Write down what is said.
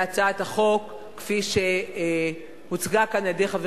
להצעת החוק כפי שהוצגה כאן על-ידי חבר